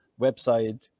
website